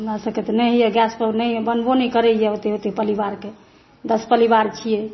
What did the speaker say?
हमरासभके तऽ नहि होइए गैसपर नहि बनबो नहि करैए ओतेक ओतेक परिवारके दस परिवार छियै